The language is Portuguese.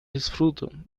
desfrutam